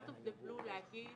out of the blue, להגיד